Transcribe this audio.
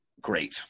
Great